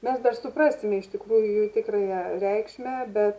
mes dar suprasime iš tikrųjų jų tikrąją reikšmę bet